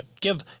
give